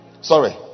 Sorry